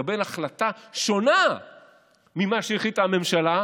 מקבל החלטה שונה ממה שהחליטה הממשלה,